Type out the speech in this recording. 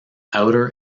outer